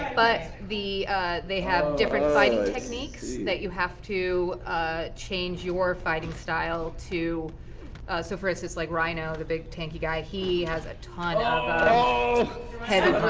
but they have different fighting techniques that you have to change your fighting style to so, for instance, like rhino, the big tanky guy, he has a ton of um heavy